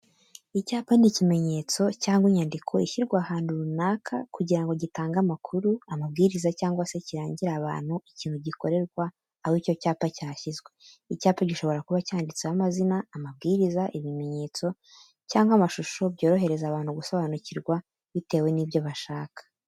Icyapa ni ikimenyetso cyangwa inyandiko ishyirwa ahantu runaka kugira ngo gitange amakuru, amabwiriza cyangwa se kirangire abantu ikintu gikorerwa aho icyo cyapa cyashyizwe. Icyapa gishobora kuba cyanditseho amazina, amabwiriza, ibimenyetso cyangwa amashusho byorohereza abantu gusobanukirwa bitewe n'ibyo bashaka.